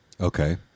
Okay